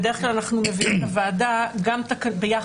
בדרך כלל אנחנו מביאים לוועדה ביחד,